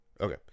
okay